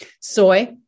Soy